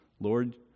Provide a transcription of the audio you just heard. Lord